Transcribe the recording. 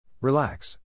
Relax